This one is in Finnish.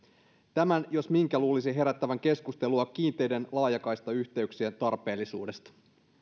tämän jos minkä luulisi herättävän keskustelua kiinteiden laajakaistayhteyksien tarpeellisuudesta